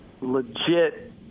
legit